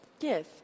Yes